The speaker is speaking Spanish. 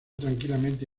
tranquilamente